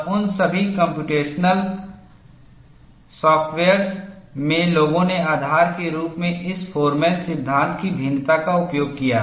उन सभी computational softwares में लोगों ने आधार के रूप में इस फोरमैन सिद्धांत की भिन्नता का उपयोग किया है